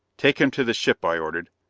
take him to the ship, i ordered.